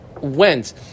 went